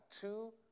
two